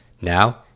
Now